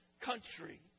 country